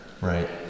right